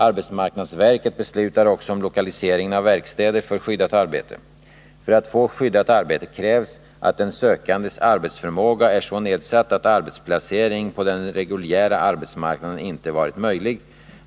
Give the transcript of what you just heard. Arbetsmarknadsverket beslutar också om lokaliseringen av verkstäder för skyddat arbete. För att få skyddat arbete krävs att den sökandes arbetsförmåga är så nedsatt att arbetsplacering på den reguljära arbetsmarknaden inte varit möjlig.